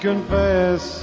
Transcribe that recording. Confess